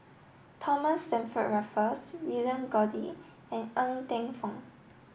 Thomas Stamford Raffles William Goode and Ng Teng Fong